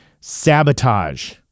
Sabotage